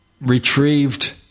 retrieved